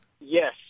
Yes